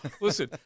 listen